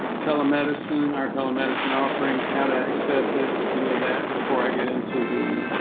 telemedicine our telemedicine offerings how to access it any of that before i get into the